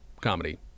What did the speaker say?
comedy